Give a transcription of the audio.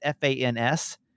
fans